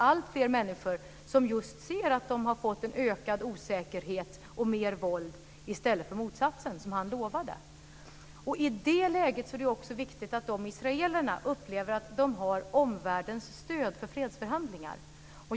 Alltfler människor ser att de har fått en ökad osäkerhet och mer våld i stället för motsatsen som han lovade. I det läget är det också viktigt att israelerna upplever att de har omvärldens stöd för fredsförhandlingar.